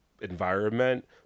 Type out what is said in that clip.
environment